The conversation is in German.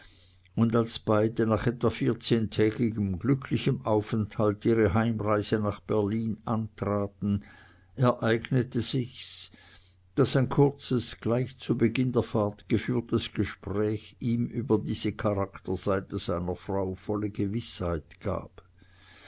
und als beide nach etwa vierzehntägigem glücklichen aufenthalt ihre heimreise nach berlin antraten ereignete sich's daß ein kurzes gleich zu beginn der fahrt geführtes gespräch ihm über diese charakterseite seiner frau volle gewißheit gab